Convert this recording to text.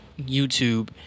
YouTube